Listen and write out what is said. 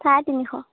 চাৰে তিনিশ